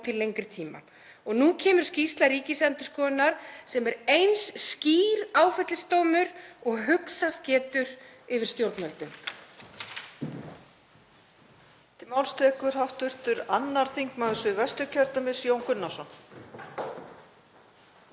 til lengri tíma. Og nú kemur skýrsla Ríkisendurskoðunar sem er eins skýr áfellisdómur og hugsast getur yfir stjórnvöldum.